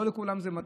לא לכולם זה מתאים,